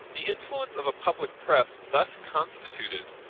the influence of a public press thus constituted,